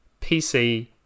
PC